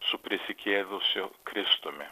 su prisikėlusiu kristumi